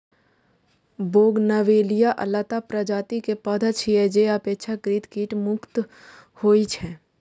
bougainvillea लता प्रजाति के पौधा छियै, जे अपेक्षाकृत कीट मुक्त होइ छै